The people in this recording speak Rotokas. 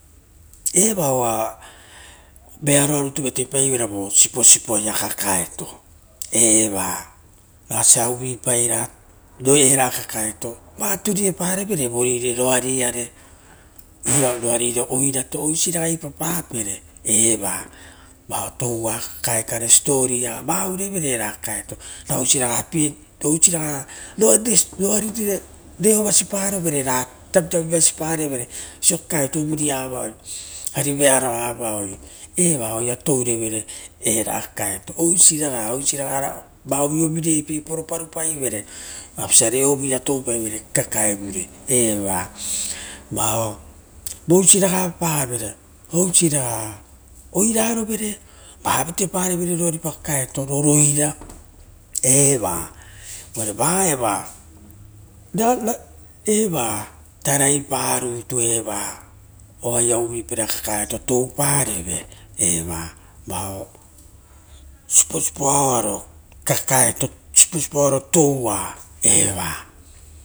Eva oa vearoa rutu vate paiveira evaia si posipoa vao kakaeto eva. Osia uvuipa ra eva kakaeto ra turueparevere voari are oirato oisaraga ipapapere vao toua kakae kare siposipoa, ra oisi raga roari rea tavitavivasi parevere. kakae o vuvia vao arivearoa vaoi eva o aia tourevere, era kakaeto. Oisiraga oisiraga eouvaia toupaivere kakaevere oirarovera vavatepare roaripa kakaeto ro roira eva uvure va era tarai pa nitu eva oaia uvupaira kakaeto toupareve, vao siposipoa oaaro. Kakaeto siposipoa ro toua eva